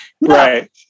Right